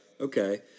okay